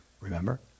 Remember